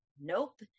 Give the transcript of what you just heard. nope